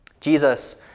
Jesus